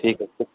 ठीक है फिर